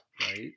Right